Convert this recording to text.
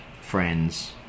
friends